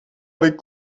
avec